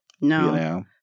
No